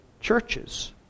churches